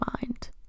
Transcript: mind